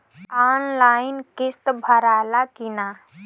Online किस्त भराला कि ना?